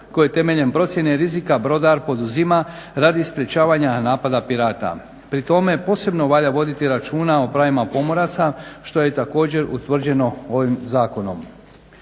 koje temeljem procjene rizika brodar poduzima radi sprečavanja napada pirata. Pri tome posebno valja voditi računa o pravima pomoraca što je također utvrđeno ovim zakonom.